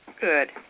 Good